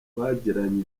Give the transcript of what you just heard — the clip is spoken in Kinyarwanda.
bagiranye